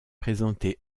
présenté